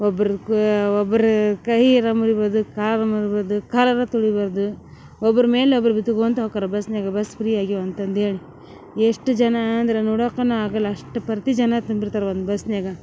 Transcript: ಒಬ್ಬರು ಕು ಒಬ್ರು ಕೈಯರ ಮುರಿಬೋದು ಕಾಲು ಮುರಿಬೋದು ಕಾಲರ ತುಳಿಬಾರದು ಒಬ್ರ್ ಮೇಲೆ ಒಬ್ರ ಬಿದ್ಕೊಳ್ತಾ ಹೊಕ್ಕರಾ ಬಸ್ನ್ಯಾಗ ಬಸ್ ಫ್ರೀ ಆಗ್ಯವ ಅಂತಂದೇಳಿ ಎಷ್ಟು ಜನ ಅಂದ್ರ ನೋಡೋಕುನು ಆಗಲ್ಲ ಅಷ್ಟು ಪರ್ತಿ ಜನ ತುಂಬಿರ್ತಾರೆ ಒಂದು ಬಸ್ನ್ಯಾಗ